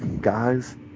guys